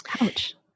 Ouch